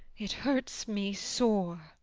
it hurts me sore!